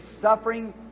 suffering